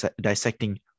dissecting